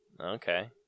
Okay